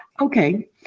Okay